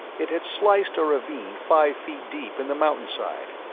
it had sliced a ravine five feet deep in the mountainside,